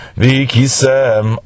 vikisem